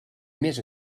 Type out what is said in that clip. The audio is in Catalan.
més